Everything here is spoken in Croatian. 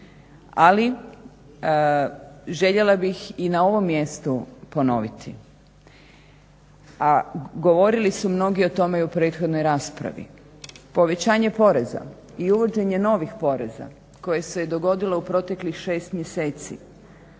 ali željela bih i na ovom mjestu ponoviti, a govorili su mnogi o tome i u prethodnoj raspravi. Povećanje poreza i uvođenje novih poreza koje se dogodilo u proteklih šest mjeseci